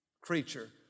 creature